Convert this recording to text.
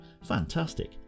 Fantastic